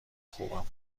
خوبم